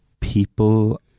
people